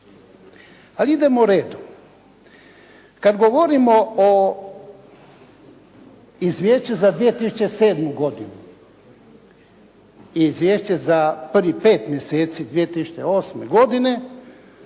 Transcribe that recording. Ali idemo redom. Kad govorimo o Izvješću za 2007. godinu i Izvješće za prvih pet mjeseci 2008. godine